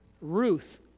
Ruth